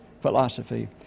philosophy